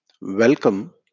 welcome